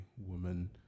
woman